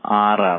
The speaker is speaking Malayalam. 306 ആണ്